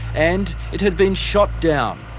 and it had been shot down.